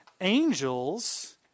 angels